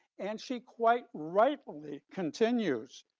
and she quite rightly continues,